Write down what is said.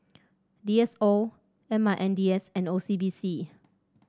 D S O M I N D S and O C B C